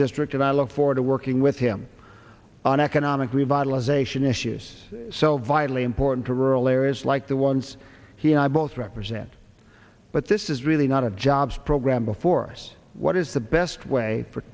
district and i look forward to working with him on economic revitalization issues so vitally important to rural areas like the ones he and i both represent but this is really not a jobs program before us what is the best way for